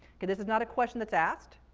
this is not a question that's asked.